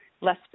less